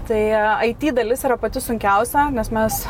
tai it dalis yra pati sunkiausia nes mes